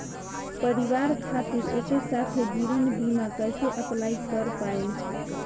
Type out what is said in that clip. परिवार खातिर एके साथे जीवन बीमा कैसे अप्लाई कर पाएम?